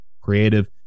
creative